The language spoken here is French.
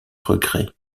regrets